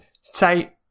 say